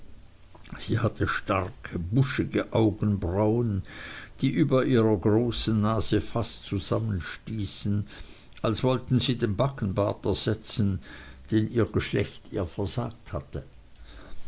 sie hatte starke buschige augenbrauen die über ihrer großen nase fast zusammenstießen als wollten sie den backenbart ersetzen den ihr geschlecht ihr versagt hatte